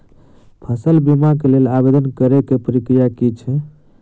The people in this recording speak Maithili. फसल बीमा केँ लेल आवेदन करै केँ प्रक्रिया की छै?